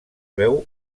veu